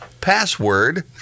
Password